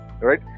Right